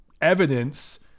evidence